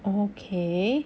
okay